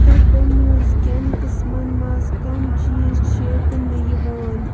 کٹہٕ مازٕ کٮ۪ن قٕسٕمن مَنٛز کم چیٖز چھِ کٕننہٕ یِوان